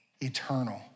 eternal